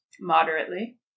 Moderately